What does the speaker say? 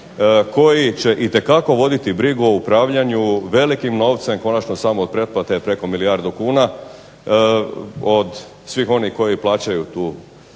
koji će itekako voditi brigu o upravljanju velikim novcem, konačno samo od pretplate je preko milijardu kuna, od svih onih koji plaćaju tu